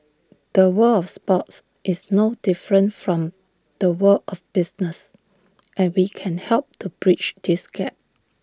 the world of sports is no different from the world of business and we can help to bridge this gap